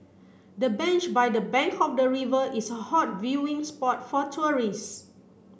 the bench by the bank the river is a hot viewing spot for tourist